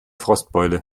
frostbeule